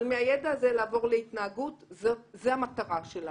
אבל מהידע הזה לעבור להתנהגות, זו המטרה שלנו.